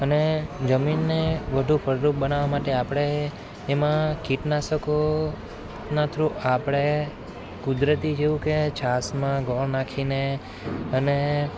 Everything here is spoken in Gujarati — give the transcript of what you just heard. અને જમીનને વધુ ફળદ્રુપ બનાવવા માટે આપણે એમાં કીટનાશકોના થ્રુ આપણે કુદરતી જેવું કે છાશમાં ગોળ નાખીને અને